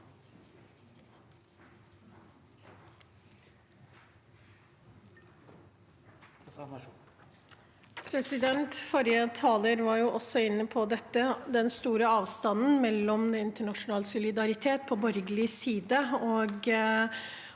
Forrige taler var også inne på den store avstanden mellom internasjonal solidaritet på borgerlig side,